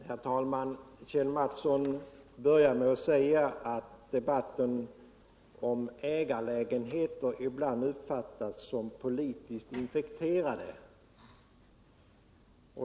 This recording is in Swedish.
Herr talman! Kjell Mattsson började med att säga att debatter om ägarlägenheter ibland uppfattas som politiskt infekterade.